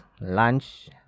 lunch